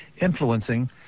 influencing